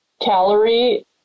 calorie